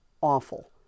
awful